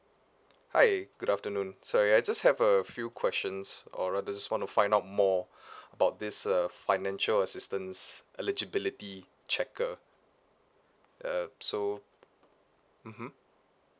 hi good afternoon sorry I just have a few questions or rather just want to find out more about this uh financial assistance eligibility checker uh so mmhmm